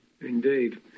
Indeed